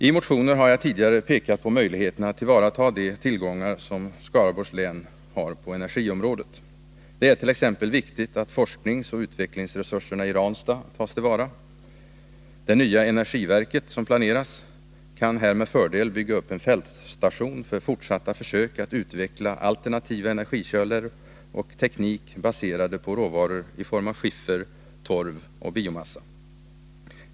I motioner har jag tidigare pekat på möjligheterna att tillvarata de tillgångar som Skaraborgs län har på energiområdet. Det är viktigt att t.ex. forskningsoch utvecklingsresurserna i Ranstad tas till vara. Det nya energiverk som planeras kan här med fördel bygga upp en fältstation för fortsatta försök att utveckla alternativa energikällor och teknik baserade på råvaror i form av skiffer, torv och biomassa.